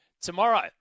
Tomorrow